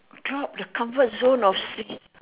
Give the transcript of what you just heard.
drop the comfort zone of sing